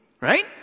right